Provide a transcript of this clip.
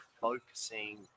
focusing